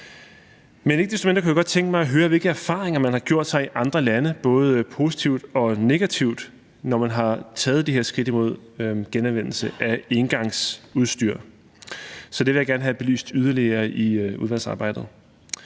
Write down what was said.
Men ikke desto mindre kunne jeg godt tænke mig at høre, hvilke erfaringer man har gjort sig i andre lande både positivt og negativt, når man har taget de her skridt hen imod genanvendelse af engangsudstyr. Så det vil jeg gerne have belyst yderligere i udvalgsarbejdet.